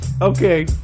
Okay